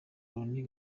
loni